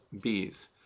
bees